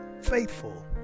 Faithful